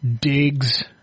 digs